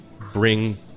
bring